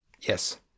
Yes